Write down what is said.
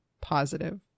positive